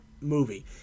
movie